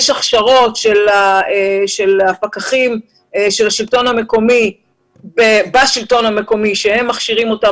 יש הכשרות של הפקחים של השלטון המקומי בשלטון המקומי שהם אותם